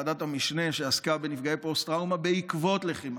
ועדת המשנה שעסקה בנפגעי פוסט-טראומה בעקבות לחימה.